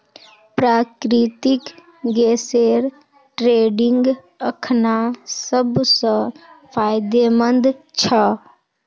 प्राकृतिक गैसेर ट्रेडिंग अखना सब स फायदेमंद छ